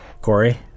Corey